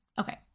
okay